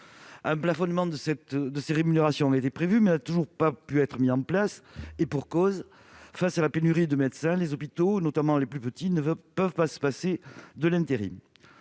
Un plafonnement de ces rémunérations était prévu, mais il n'a toujours pas pu être mis en place, et pour cause : face à la pénurie de médecins, les hôpitaux, notamment les plus petits, ne peuvent pas se passer de l'intérim.